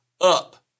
up